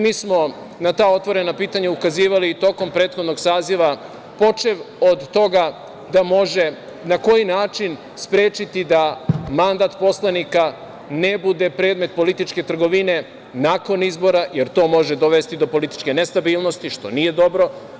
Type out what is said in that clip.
Mi smo na ta otvorena pitanja ukazivali tokom prethodnog saziva, počev od toga da može, na koji način sprečiti da mandat poslanika ne bude predmet političke trgovine nakon izbora, jer to može dovesti do političke nestabilnosti, što nije dobro.